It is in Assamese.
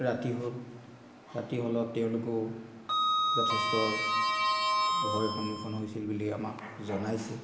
ৰাতি হ'ল ৰাতি হ'লত তেওঁলোকেও যথেষ্ট ভয় সন্মুখীন হৈছিল বুলি আমাক জনাইছে